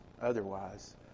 otherwise